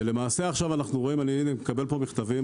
אני מקבל מכתבים,